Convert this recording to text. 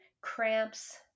cramps